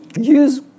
use